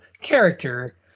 character